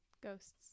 Ghosts